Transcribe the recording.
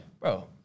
Bro